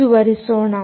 ಮುಂದುವರಿಸೋಣ